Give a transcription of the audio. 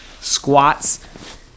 Squats